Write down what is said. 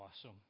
awesome